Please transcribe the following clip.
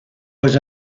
was